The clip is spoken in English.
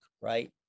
right